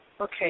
Okay